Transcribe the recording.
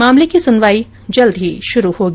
मामले की सुनवाई जल्द शुरू होगी